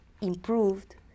improved